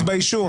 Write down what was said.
תתביישו.